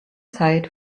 zeit